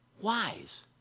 wise